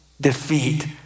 defeat